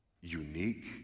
unique